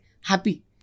happy